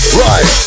right